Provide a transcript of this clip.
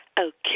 Okay